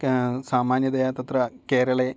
सामान्यतया तत्र केरले